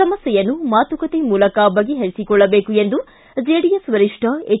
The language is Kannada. ಸಮಸ್ಯೆಯನ್ನು ಮಾತುಕತೆ ಮೂಲಕ ಬಗೆಹರಿಸಿಕೊಳ್ಳಬೇಕು ಎಂದು ಜೆಡಿಎಸ್ ವರಿಷ್ಠ ಎಚ್